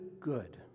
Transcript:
good